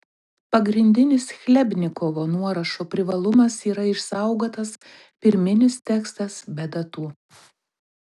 pagrindinis chlebnikovo nuorašo privalumas yra išsaugotas pirminis tekstas be datų